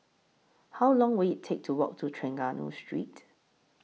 How Long Will IT Take to Walk to Trengganu Street